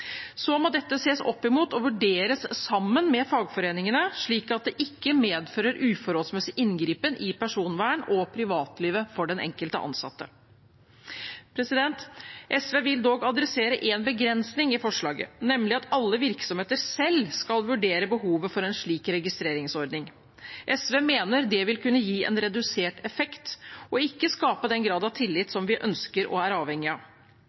Så må dette ses opp mot og vurderes sammen med fagforeningene, slik at det ikke medfører uforholdsmessig inngripen i personvernet og privatlivet for den enkelte ansatte. SV vil dog kommentere en begrensning i forslaget, nemlig at alle virksomheter selv skal vurdere behovet for en slik registreringsordning. SV mener det vil kunne gi en redusert effekt og ikke skape den grad av tillit som vi ønsker og er avhengige av.